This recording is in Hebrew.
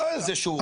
אתה זה שהורשע.